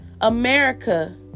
America